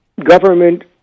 government